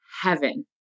heaven